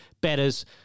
Batters